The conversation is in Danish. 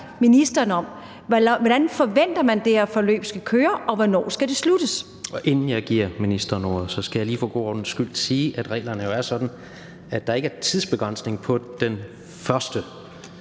hvordan man forventer det her forløb skal køre, og hvornår skal det sluttes? Kl. 16:24 Tredje næstformand (Jens Rohde): Inden jeg giver ministeren ordet, skal jeg lige for god ordens skyld sige, at reglerne jo er sådan, at der ikke er tidsbegrænsning på